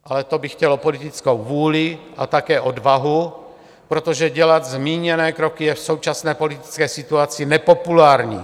Ale to by chtělo politickou vůli a také odvahu, protože dělat zmíněné kroky je v současné politické situaci nepopulární.